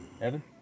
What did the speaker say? Evan